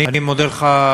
אני מודה לך,